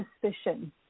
suspicion